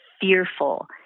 fearful